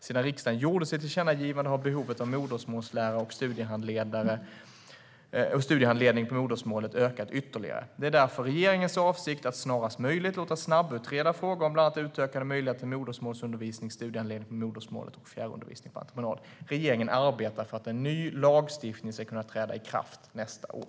Sedan riksdagen gjorde sitt tillkännagivande har behovet av modersmålslärare och studiehandledning på modersmålet ökat ytterligare. Det är därför regeringens avsikt att snarast möjligt låta snabbutreda frågor om bland annat utökade möjligheter till modersmålsundervisning, studiehandledning på modersmålet och fjärrundervisning på entreprenad. Regeringen arbetar för att ny lagstiftning ska kunna träda i kraft nästa år.